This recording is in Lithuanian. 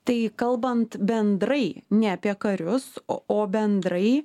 tai kalbant bendrai ne apie karius o o bendrai